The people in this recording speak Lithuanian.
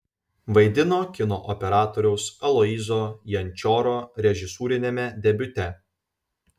vaidino kino operatoriaus aloyzo jančioro režisūriniame debiute